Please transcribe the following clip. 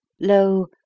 lo